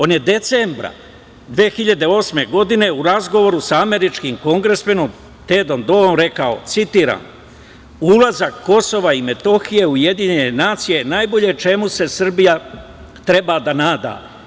On je decembra 2008. godine u razgovoru sa američkim kongresmenom Tedom Doom rekao, citiram: „Ulazak Kosova i Metohije u UN je najbolje čemu se Srbija treba da nada“